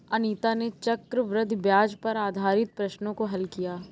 अनीता ने चक्रवृद्धि ब्याज पर आधारित प्रश्नों को हल किया